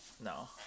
No